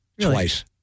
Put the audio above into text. Twice